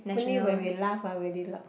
only when we laugh ah very loud